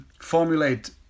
formulate